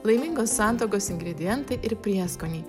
laimingos santuokos ingredientai ir prieskoniai